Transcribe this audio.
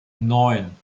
neun